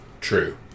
true